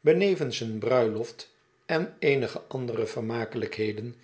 benevens een bruiloft en eenige andere vermakelijkheden